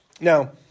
Now